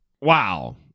Wow